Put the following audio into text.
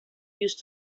used